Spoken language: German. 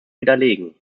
widerlegen